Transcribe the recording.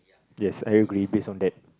yes I agree based on that